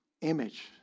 image